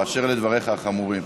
אשר לדבריך החמורים.